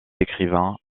écrivains